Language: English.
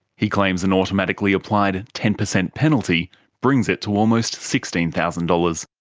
he claims an automatically applied ten percent penalty brings it to almost sixteen thousand dollars.